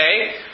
okay